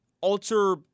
alter